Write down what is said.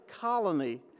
colony